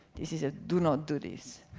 this is a do not do this.